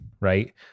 right